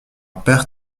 père